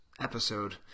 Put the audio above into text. episode